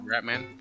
Ratman